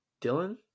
Dylan